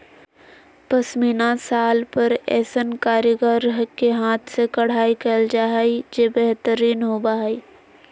पश्मीना शाल पर ऐसन कारीगर के हाथ से कढ़ाई कयल जा हइ जे बेहतरीन होबा हइ